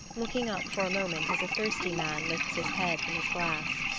looking up for a moment as a thirsty man lifts his head from his glass.